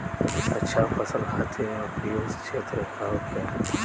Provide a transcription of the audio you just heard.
अच्छा फसल खातिर उपयुक्त क्षेत्र का होखे?